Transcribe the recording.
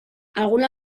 alguna